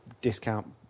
discount